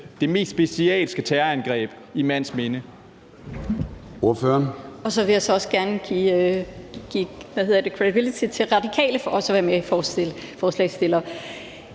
det mest bestialske terrorangreb i mands minde?